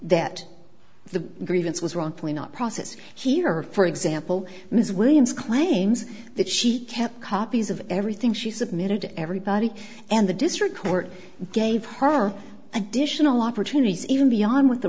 that the grievance was wrongfully not process here for example ms williams claims that she kept copies of everything she submitted everybody and the district court gave her additional opportunities even beyond what the